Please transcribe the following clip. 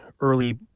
early